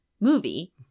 movie